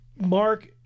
Mark